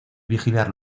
vigilar